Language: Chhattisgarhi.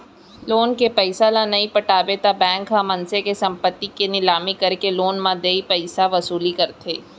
लोन के पइसा ल नइ पटाबे त बेंक ह मनसे के संपत्ति के निलामी करके लोन म देय पइसाके वसूली करथे